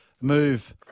move